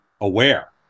aware